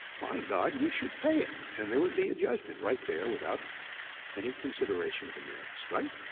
by god, you should pay it. and there would be a judgment right there without any consideration of the merits, right?